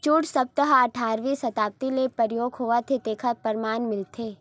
jute सब्द ह अठारवी सताब्दी ले परयोग होवत हे तेखर परमान मिलथे